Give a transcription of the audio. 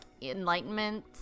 enlightenment